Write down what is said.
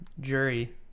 jury